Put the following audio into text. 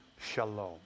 shalom